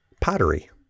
pottery